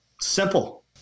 Simple